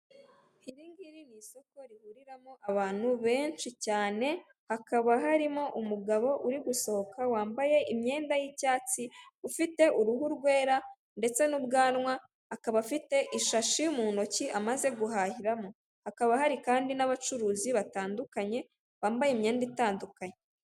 Iri ngiri ni isoko rihuriramo abantu benshi cyane hakaba harimo umugabo uri gusohoka wambaye imyenda y'icyatsi, ufite uruhu rwera ndetse n'ubwanwa, akaba afite ishashi mu ntoki amaze guhahiramo, hakaba hari kandi n'abacuruzi batandukanye, bambaye imyenda itandukanye.